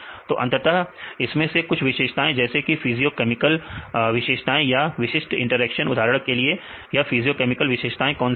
तो अंततः इसमें से कुछ विशेषताएं जैसे कि फिजियो केमिकल विशेषताएं या विशिष्ट इंटरेक्शन उदाहरण के लिए यह फिजियो केमिकल विशेषताएं कौन कौन सी हैं